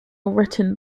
written